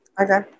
Okay